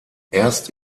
erst